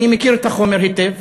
אני מכיר את החומר היטב,